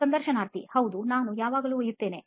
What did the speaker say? ಸಂದರ್ಶನಾರ್ಥಿ ಹೌದು ನಾನು ಯಾವಾಗಲೂ ಒಯ್ಯುತ್ತೇನೆ